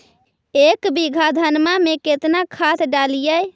एक बीघा धन्मा में केतना खाद डालिए?